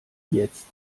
jetzt